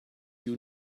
you